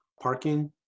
Parking